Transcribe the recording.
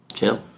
Chill